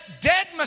dead